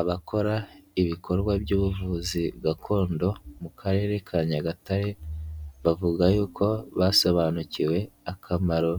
Abakora ibikorwa by'ubuvuzi gakondo mu karere ka Nyagatare, bavuga yuko basobanukiwe akamaro